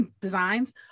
designs